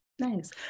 Nice